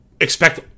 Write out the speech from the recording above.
expect